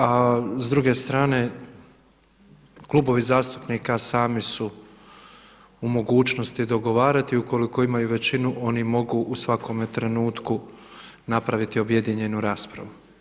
A s druge strane klubovi zastupnika sami su u mogućnosti dogovarati, ukoliko imaju većinu oni mogu u svakome trenutku napraviti objedinjenu raspravu.